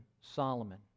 Solomon